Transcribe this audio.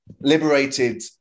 liberated